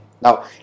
Now